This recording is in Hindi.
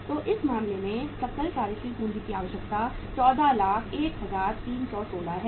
तो इस मामले में सकल कार्यशील पूंजी की आवश्यकता 1401316 है